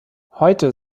heute